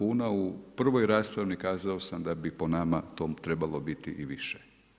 U prvoj raspravi kazao sam da bi po nama to trebalo biti i više.